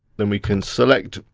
then we can select